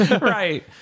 Right